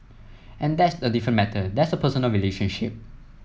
and that's a different matter that's a personal relationship